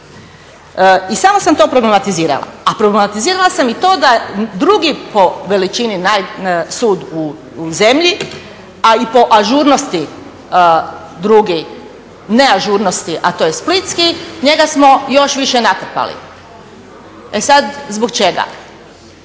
I samo sam to problematizirala. A problematizirala sam i to da drugi po veličini sud u zemlji a i po ažurnosti drugi, neažurnosti, a to je splitski, njega smo još više natrpali. E sad, zbog čega?